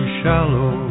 shallow